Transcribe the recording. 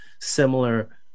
similar